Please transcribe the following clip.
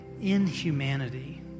inhumanity